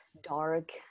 dark